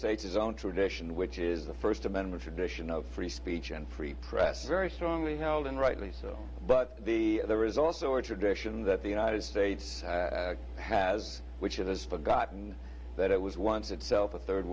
states is own tradition which is the st amendment tradition of free speech and free press very strongly held and rightly so but the there is also a tradition that the united states has which of those forgotten that it was once itself a